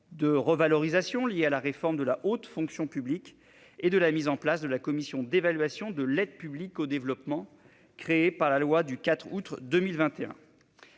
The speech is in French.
de revalorisations liées à la réforme de la haute fonction publique et de la mise en place de la Commission d'évaluation de l'aide publique au développement, créée par la loi de